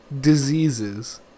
diseases